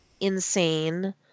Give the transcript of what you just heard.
insane